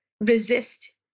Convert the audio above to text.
resist